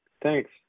Thanks